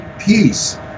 peace